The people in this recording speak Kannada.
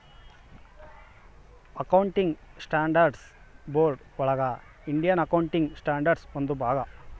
ಅಕೌಂಟಿಂಗ್ ಸ್ಟ್ಯಾಂಡರ್ಡ್ಸ್ ಬೋರ್ಡ್ ಒಳಗ ಇಂಡಿಯನ್ ಅಕೌಂಟಿಂಗ್ ಸ್ಟ್ಯಾಂಡರ್ಡ್ ಒಂದು ಭಾಗ